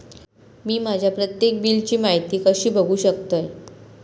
मी माझ्या प्रत्येक बिलची माहिती कशी बघू शकतय?